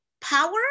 power